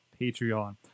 Patreon